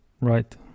right